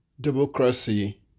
democracy